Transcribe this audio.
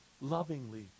lovingly